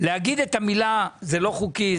להגיד את המילה זה לא חוקי,